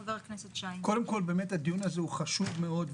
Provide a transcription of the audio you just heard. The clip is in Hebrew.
קודם כל, הדיון הזה הוא חשוב מאוד.